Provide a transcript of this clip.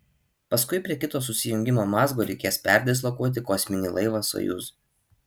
paskui prie kito susijungimo mazgo reikės perdislokuoti kosminį laivą sojuz